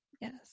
yes